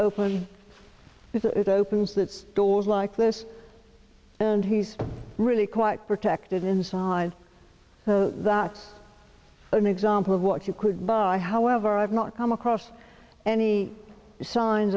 open it opens the doors like this and he's really quite protected inside that only example of what you could buy however i've not come across any signs